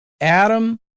Adam